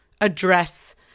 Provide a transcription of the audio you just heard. address